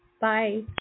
Bye